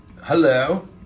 Hello